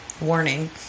warning